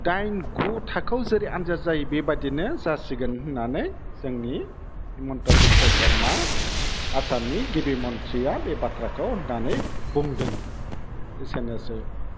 डाइन गु थाखोआव जेरै आन्जाद जायो बेबादिनो जासिगोन होन्नानै जोंनि हिमन्त बिस्व शर्मा आसामनि गिबि मन्थ्रिया बे बाथ्राखौ होन्नानै बुंदों एसेनोसै